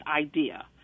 idea